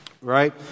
right